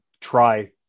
try